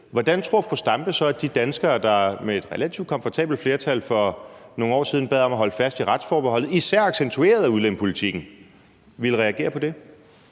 hvordan tror fru Zenia Stampe så at de danskere, der med et relativt komfortabelt flertal for nogle år siden bad om at holde fast i retsforbeholdet, især accentueret af udlændingepolitikken, ville reagere på det?